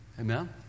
Amen